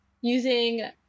Using